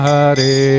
Hare